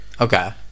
okay